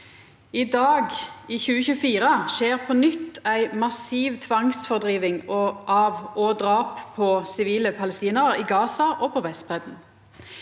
I dag, i 2024, skjer på nytt ei massiv tvangsfordriving av og drap på sivile palestinarar i Gaza og på Vestbreidda.